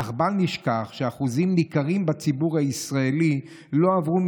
אך בל נשכח שאחוזים ניכרים בציבור הישראלי לא עברו,